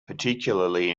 particularly